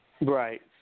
Right